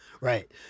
Right